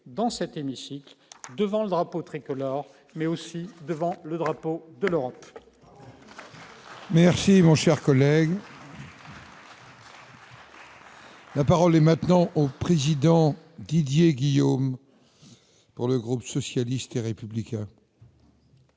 dans cet hémicycle devant le drapeau tricolore mais aussi devant le drapeau de l'Europe. Merci mon cher collègue. La parole est maintenant au président Didier Guillaume pour le groupe socialiste et républicain.